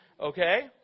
Okay